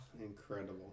Incredible